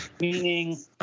meaning